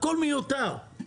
הכול מיותר.